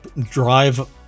drive